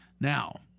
now